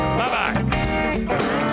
bye-bye